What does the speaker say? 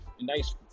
nice